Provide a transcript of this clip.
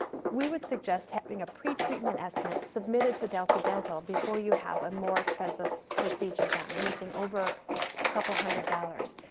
we would suggest having a pre-treatment estimate submitted to delta dental before you have a more expensive procedure done, anything over couple hundred dollars,